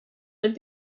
would